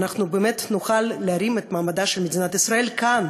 אנחנו באמת נוכל להרים את מעמדה של מדינת ישראל כאן,